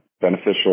beneficial